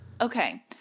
okay